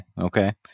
okay